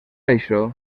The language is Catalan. això